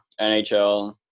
NHL